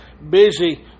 Busy